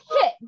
hit